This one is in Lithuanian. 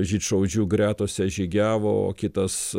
žydšaudžių gretose žygiavo o kitas